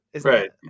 right